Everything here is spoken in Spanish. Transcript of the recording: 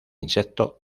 insecto